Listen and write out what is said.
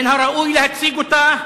מן הראוי להציג אותה,